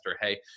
hey